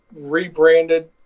rebranded